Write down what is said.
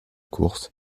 course